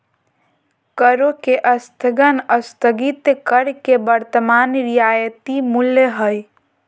करों के स्थगन स्थगित कर के वर्तमान रियायती मूल्य हइ